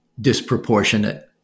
disproportionate